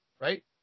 right